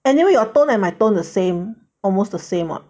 anyway your tone and my tone the same almost the same [what]